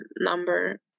number